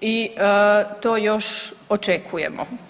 i to još očekujemo.